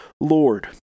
Lord